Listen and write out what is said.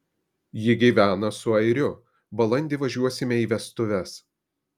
ji gyvena su airiu balandį važiuosime į vestuves